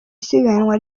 isiganwa